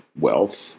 wealth